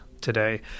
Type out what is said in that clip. today